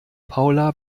paula